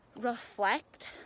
reflect